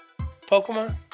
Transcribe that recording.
Pokemon